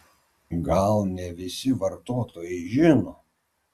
gal ne visi vartotojai žino